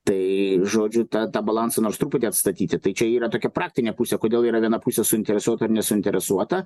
tai žodžiu ta tą balansą nors truputį atstatyti tai čia yra tokia praktinė pusė kodėl yra viena pusė suinteresuota ir nesuinteresuota